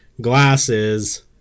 glasses